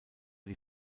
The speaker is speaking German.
die